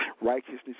Righteousness